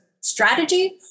strategy